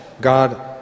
God